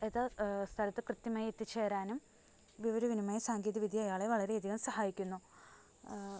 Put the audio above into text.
ഏത് സ്ഥലത്ത് കൃത്യമായി എത്തിച്ചേരാനും വിവരവിനിമയ സാങ്കേതികവിദ്യ അയാളെ വളരെയധികം സഹായിക്കുന്നു